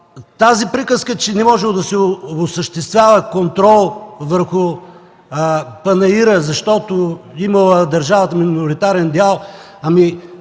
тази приказка, че не можело да се осъществява контрол върху панаира, защото държавата имала миноритарен дял – ами